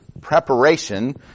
preparation